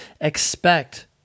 expect